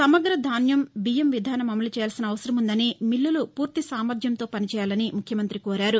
సమగ్ర ధాన్యం బియ్యం విధానం అమలు చేయాల్సిన అవసరం ఉందని మిల్లులు పూర్తి సామర్థ్యంతో పని చేయాలని ముఖ్యమంతి కోరారు